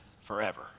forever